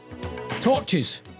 torches